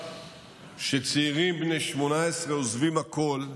זה לא מובן מאליו שצעירים בני 18 עוזבים הכול,